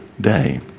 day